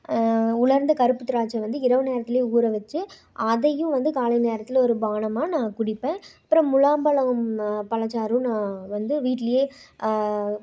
உலர்ந்த கருப்பு திராட்சை வந்து இரவு நேரத்துலேயே ஊற வச்சு அதையும் வந்து காலை நேரத்தில் ஒரு பானமாக நான் குடிப்பேன் அப்புறம் முலாம்பழம் பழச்சாறும் நான் வந்து வீட்டிலேயே